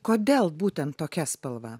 kodėl būtent tokia spalva